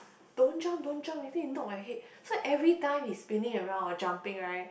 don't jump don't jump later you knock your head so every time he's spinning around or jumping right